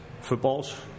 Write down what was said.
footballs